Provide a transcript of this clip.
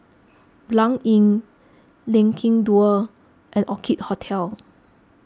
Blanc Inn Lengkong Dua and Orchid Hotel